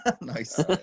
Nice